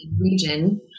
region